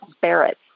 Barrett